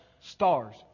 stars